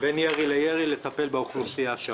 בין ירי לירי לטפל באוכלוסייה שם.